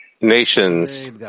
nations